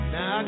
Now